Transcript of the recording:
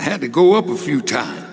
i had to go up a few times